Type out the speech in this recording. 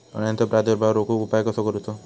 अळ्यांचो प्रादुर्भाव रोखुक उपाय कसो करूचो?